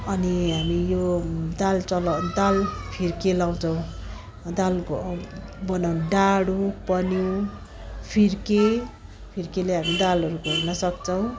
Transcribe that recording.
अनि हामी यो दाल चलाउ दाल फिर्के लाउँछौँ दाल घो बनाउ डाडु पन्यूँ फिर्के फिर्केले हामी दालहरू घोल्न सक्छौँ